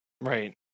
Right